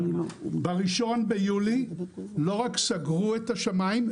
ב-1 ביולי לא רק סגרו את השמים,